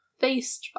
Face